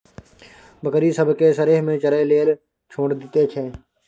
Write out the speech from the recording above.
बकरी सब केँ सरेह मे चरय लेल छोड़ि दैत छै